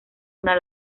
una